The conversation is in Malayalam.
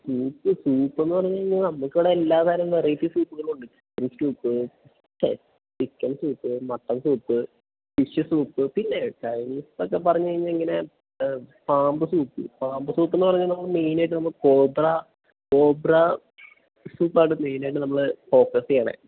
സൂപ്പ് സൂപ്പെന്ന് പറഞ്ഞ് കഴിഞ്ഞാൽ നമുക്ക് ഇവിടെ എല്ലാതരം വെറൈറ്റി സൂപ്പ്കളൊണ്ട് വെജ്സൂപ്പ് ഛെ chicken soup mutton soup fish soup പിന്നെ ചൈനീസ്ന്നൊക്കെ പറഞ്ഞ് കഴിഞ്ഞാൽ ഇങ്ങനെ പാമ്പ് സൂപ്പ് പാമ്പ് സൂപ്പെന്ന് പറഞ്ഞാൽ നമ്മൾ മെയ്നായിട്ട് നമ്മൾ കോബ്രാ കോബ്രാ സൂപ്പാണ് മെയ്നായിട്ട് നമ്മൾ ഫോക്കസ്സ് ചെയ്യണത്